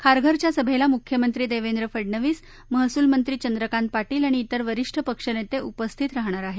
खारघरच्या सभेला मुख्यमंत्री देवेंद्र फडनवीस महसूल मंत्री चंद्रकांत पाटील आणि व्रिर वरीष्ठ पक्षनेते उपस्थित राहणार आहेत